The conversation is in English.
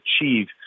achieve